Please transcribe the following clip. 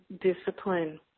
discipline